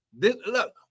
Look